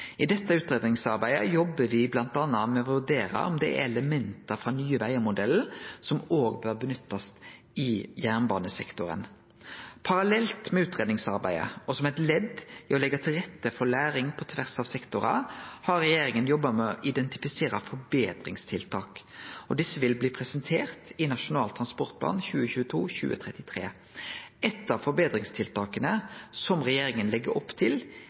I dette utgreiingsarbeidet jobbar me bl.a. med å vurdere om det er element frå Nye Vegar-modellen som òg bør nyttast i jernbanesektoren. Parallelt med utgreiingsarbeidet og som eit ledd i å leggje til rette for læring på tvers av sektorar, har regjeringa jobba med å identifisere forbetringstiltak. Desse vil bli presenterte i Nasjonal transportplan 2022–2033. Eitt av forbetringstiltaka som regjeringa legg opp til,